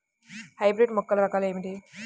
Hybrid మొక్కల రకాలు ఏమిటీ?